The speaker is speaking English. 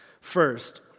First